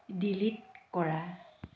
delete কৰা